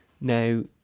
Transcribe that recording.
Now